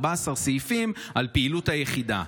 14 סעיפים על פעילות היחידה.